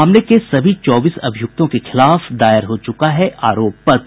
मामले के सभी चौबीस अभियुक्तों के खिलाफ दायर हो चुका है आरोप पत्र